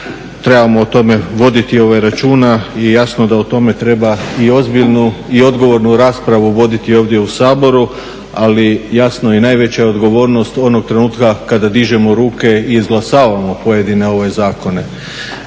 trebamo o tome voditi računa i jasno da o tome treba i ozbiljnu i odgovornu raspravu voditi ovdje u Saboru. Ali jasno i najveća je odgovornost onog trenutka kada dižemo ruke i izglasavamo pojedine zakone.